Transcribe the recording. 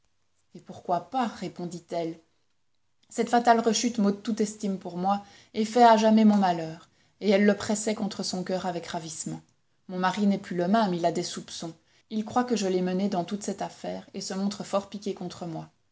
et pourquoi pas répondit-elle cette fatale rechute m'ôte toute estime pour moi et fait à jamais mon malheur et elle le pressait contre son coeur avec ravissement mon mari n'est plus le même il a des soupçons il croit que je l'ai mené dans toute cette affaire et se montre fort piqué contre moi